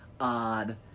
odd